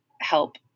help